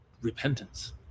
Repentance